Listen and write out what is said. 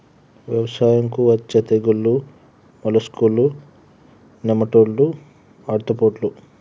వ్యవసాయంకు అచ్చే తెగుల్లు మోలస్కులు, నెమటోడ్లు, ఆర్తోపోడ్స్